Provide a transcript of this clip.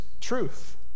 truth